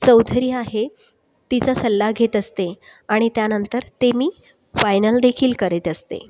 चौधरी आहे तिचा सल्ला घेत असते आणि त्यानंतर ते मी फायनल देखील करीत असते